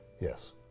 Yes